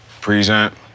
Present